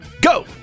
go